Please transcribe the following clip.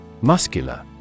Muscular